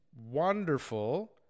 wonderful